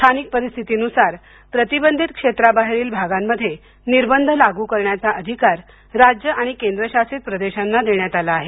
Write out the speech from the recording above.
स्थानिक परिस्थिनुसार प्रतिबंधित क्षेत्राबाहेरील भागांमध्ये निर्बंध लागू करण्याचा अधिकार राज्य आणि केंद्र शासित प्रदेशांना देण्यात आला आहे